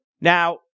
Now